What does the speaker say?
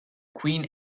queen